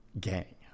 gang